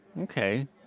Okay